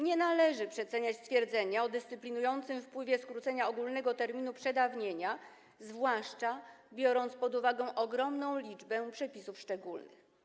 Nie należy przeceniać stwierdzenia o dyscyplinującym wpływie skrócenia ogólnego terminu przedawnienia, zwłaszcza biorąc pod uwagę ogromną liczbę przepisów szczególnych.